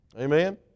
Amen